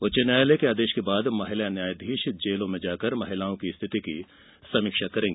उच्च न्यायालय के आदेश के बाद महिला न्यायाधीश जेलों में जाकर महिलाओं की स्थिति की समीक्षा करेंगी